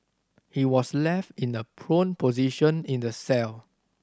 he was left in a prone position in the cell